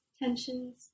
Tensions